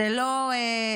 זאת לא הסדרה,